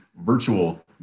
virtual